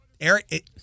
Eric